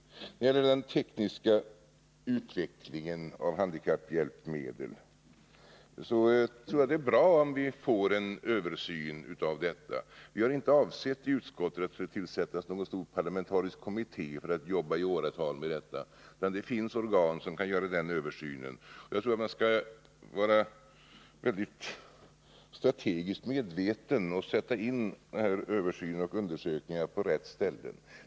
När det gäller den tekniska utvecklingen av handikapphjälpmedel tror jag det är bra om vi får en översyn av den. Vi har i utskottet inte avsett att tillsätta någon stor parlamentarisk kommitté för att jobba i åratal med detta, utan det finns redan organ som kan göra den översynen. Man bör vara strategiskt mycket medveten och sätta in översyn och undersökningar på rätta ställen.